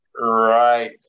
Right